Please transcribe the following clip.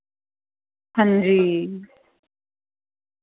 हां जी